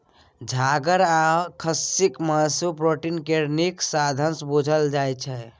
छागर आ खस्सीक मासु प्रोटीन केर नीक साधंश बुझल जाइ छै